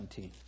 17